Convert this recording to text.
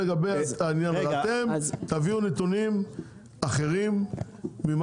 ואתם תביאו נתונים אחרים,